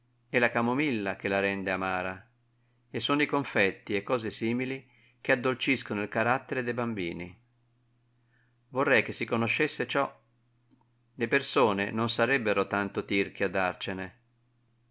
aspra è la camomilla che la rende amara e sono i confetti e cose simili che addolciscono il carattere de bambini vorrei che si conoscesse ciò le persone non sarebbero tanto tirchie a darcene e